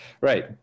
right